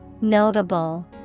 Notable